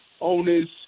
owners